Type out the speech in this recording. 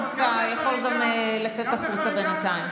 אז אתה יכול גם לצאת החוצה בינתיים.